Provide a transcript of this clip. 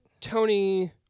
Tony